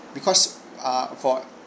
because uh for